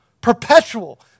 Perpetual